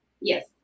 yes